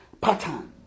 pattern